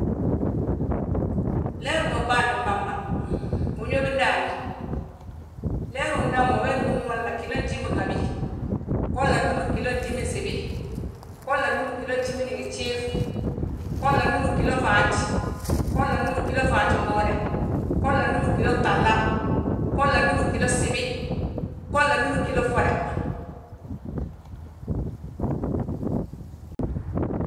Leer ma uɓaandi bamba, uñóbi ndaani, leeri undaŋ we nnúm walla ggilo njminhabi, golla nnúmi ggilo njiminsibi, golla nnúm ggilo gjimin ngi gjiif, golla nnúm ggilo faaj, golla nnúm ggilo faajingooda, golla nnúmi ggilo gtahla, golla nnúmi ggilo gsibi, golla nnúmi ggilo ffoda.